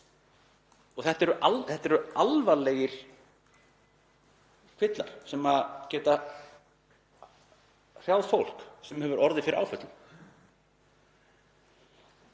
Þetta eru alvarlegir kvillar sem geta hrjáð fólk sem hefur orðið fyrir áföllum.